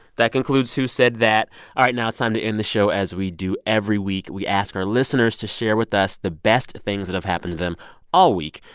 that concludes who said that? all right. now it's time to end the show as we do every week. we ask our listeners to share with us the best things that have happened to them all week.